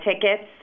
tickets